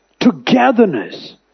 Togetherness